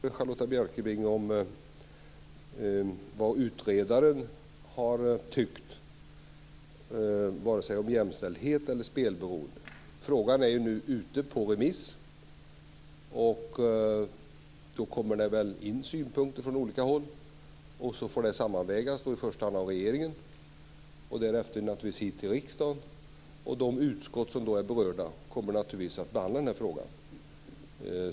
Fru talman! Jag vill inte gå i polemik med Charlotta Bjälkebring om vad utredaren har tyckt vare sig om jämställdhet eller spelberoende. Frågan är nu ute på remiss. Sedan kommer det väl in synpunkter från olika håll. Dessa får sedan sammanvägas i första hand av regeringen. Därefter kommer de naturligtvis hit till riksdagen. De utskott som är berörda kommer naturligtvis att behandla den här frågan.